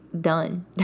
done